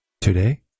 Today